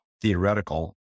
theoretical